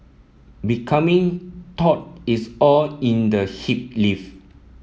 becoming taut is all in the hip lift